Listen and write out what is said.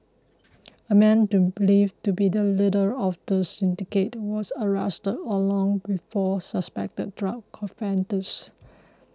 a man believed to be the leader of the syndicate was arrested along with four suspected drug offenders